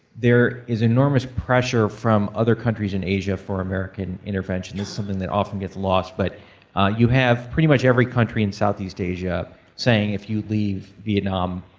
there is enormous pressure from other countries in asia for american intervention. this is something that often gets lost, but you have pretty much every country in southeast asia saying, if you leave vietnam,